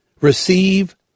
Receive